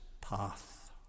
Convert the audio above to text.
path